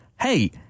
hey